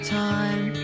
time